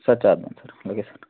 sir చేద్దాము sir అలాగే sir